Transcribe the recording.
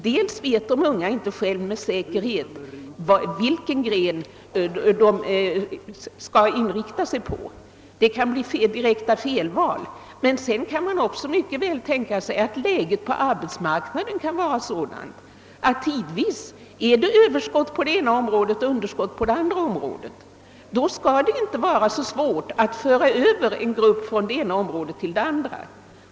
Dels vet de unga själva inte med säkerhet vilken gren de vill inrikta sig på — det kan bli direkta felval — dels kan läget på arbetsmarknaden vara sådant, att det tidvis är överskott på det ena området och underskott på det andra. Då skall det inte vara så svårt att föra över en grupp från det ena området till det andra.